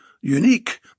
unique